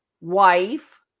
wife